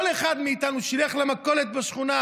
כל אחד מאיתנו שילך למכולת בשכונה,